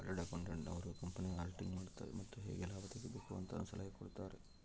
chartered accountant ನವರು ಕಂಪನಿಯ auditing ಮಾಡುತಾರೆ ಮತ್ತು ಹೇಗೆ ಲಾಭ ತೆಗಿಬೇಕು ಅಂತನು ಸಲಹೆ ಕೊಡುತಾರೆ